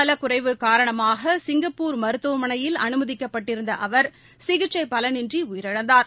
நலக்குறைவு காரணமாகசிங்கப்பூர் மருத்துவமனையில் உடல் அனுமதிக்கப்பட்டிருந்தஅவர் சிகிச்சைபலனின்றிஉயிரிழந்தார்